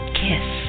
kiss